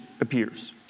appears